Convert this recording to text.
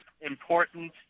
important